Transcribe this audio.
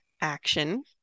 Action